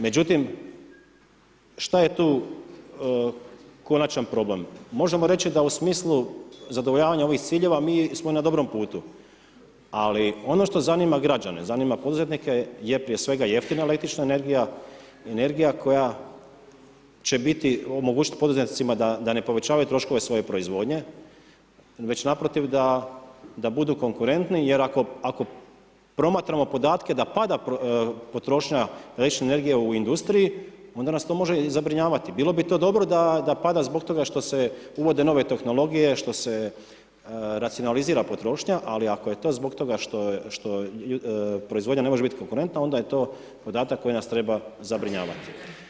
Međutim, šta je tu konačan problem, možemo reći da u smislu zadovoljavanja ovih ciljeva mi smo na dobrom putu, ali ono što zanima građane, zanima poduzetnike je prije svega jeftina električna energija, energija koja će biti, omogućit poduzetnicima da ne povećavaju troškove svoje proizvodnje, već naprotiv da budu konkurentu jer ako promatramo podatke da pada potrošnja električne energije u industriji onda nas to može i zabrinjavati bilo bi to dobro da pada zbog toga što se uvode nove tehnologije, što se racionalizira potrošnja, ali ako je to zbog toga što proizvodnja ne može bit konkurentna onda je to podatak koji nas treba zabrinjavati.